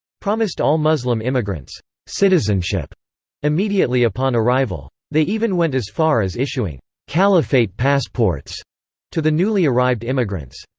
promised all muslim immigrants citizenship immediately upon arrival. they even went as far as issuing caliphate passports to the newly arrived immigrants.